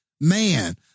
man